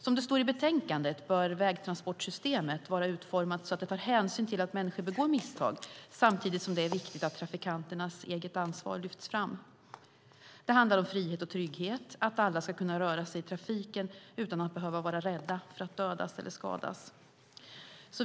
Som det står i betänkandet bör vägtransportsystemet vara utformat så att det tar hänsyn till att människor begår misstag, samtidigt som det är viktigt att trafikanternas eget ansvar lyfts fram. Det handlar om frihet och trygghet, att alla ska kunna röra sig i trafiken utan att behöva vara rädda för att dödas eller skadas.